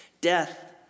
Death